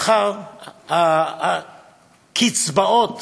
הקצבאות